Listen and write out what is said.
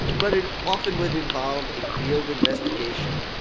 but it often would involve a field investigation.